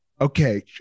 okay